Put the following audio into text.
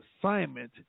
assignment